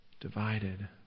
divided